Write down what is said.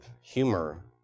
humor